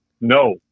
no